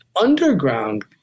Underground